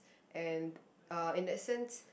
and uh in that sense